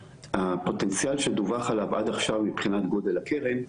הפוטנציאל שדווח עליו עד עכשיו מבחינת גודל הקרן,